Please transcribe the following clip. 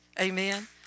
Amen